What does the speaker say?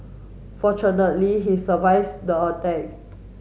fortunately he survives the attack